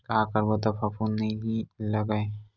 का करबो त फफूंद नहीं लगय?